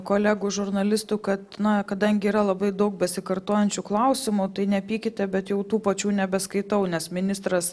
kolegų žurnalistų kad na kadangi yra labai daug besikartojančių klausimų tai nepykite bet jau tų pačių nebeskaitau nes ministras